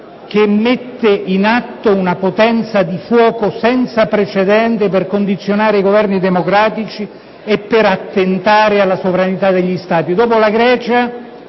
che mette in atto una potenza di fuoco senza precedenti per condizionare i Governi democratici e per attentare alla sovranità degli Stati.